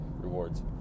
rewards